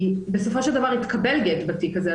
בסופו של דבר התקבל גט בתיק הזה,